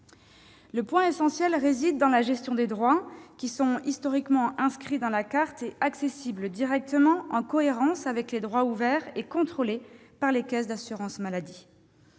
sert aussi à gérer leurs droits, qui sont historiquement inscrits dans la carte et accessibles directement, en cohérence avec les droits ouverts et contrôlés par les caisses d'assurance maladie.